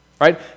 Right